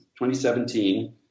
2017